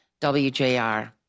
WJR